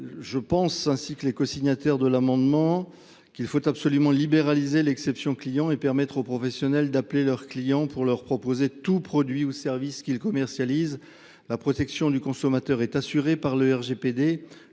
Je pense, ainsi que les cosignataires de l'amendement, qu'il faut absolument libéraliser l'exception client et permettre aux professionnels d'appeler leurs clients pour leur proposer tout produit ou service qu'ils commercialisent. La protection du consommateur est assurée par l'ERGPD,